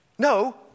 No